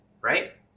right